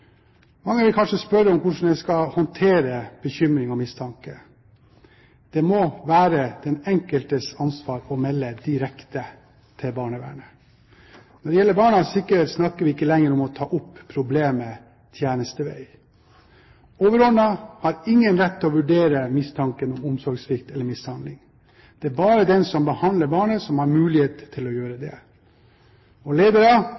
Mange vil kanskje spørre om hvordan man skal håndtere bekymring og mistanke. Det må være den enkeltes ansvar å melde direkte til barnevernet. Når det gjelder barnas sikkerhet, snakker vi ikke lenger om å ta opp problemet tjenestevei. Overordnede har ingen rett til å vurdere mistanken om omsorgssvikt eller mishandling. Det er bare den som behandler barnet, som har mulighet til å gjøre det. Ledere